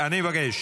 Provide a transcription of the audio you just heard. אני מבקש